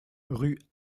rue